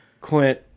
Clint